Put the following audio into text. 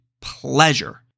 pleasure